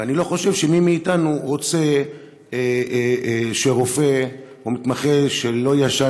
ואני לא חושב שמי מאתנו רוצה שרופא או מתמחה שלא ישן